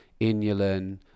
inulin